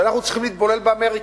שאנחנו צריכים להתבולל באמריקה,